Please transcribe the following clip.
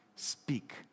speak